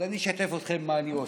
אז אני אשתף אתכם, מה אני עושה.